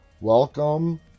Welcome